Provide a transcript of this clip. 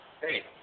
hey